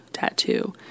tattoo